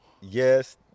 yes